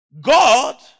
God